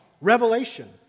Revelation